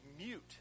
mute